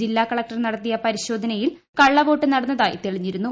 ജില്ലാ കലക്ടർ നടത്തിയ പരിശോധനയിൽ കളളവോട്ട് ന ടന്നതായി തെളിഞ്ഞിരുന്നു